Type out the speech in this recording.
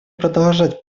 продолжать